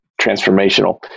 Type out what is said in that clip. transformational